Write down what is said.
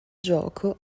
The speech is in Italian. gioco